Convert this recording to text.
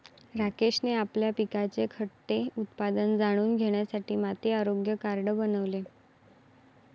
राकेशने आपल्या पिकाचे घटते उत्पादन जाणून घेण्यासाठी माती आरोग्य कार्ड बनवले